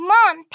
Mom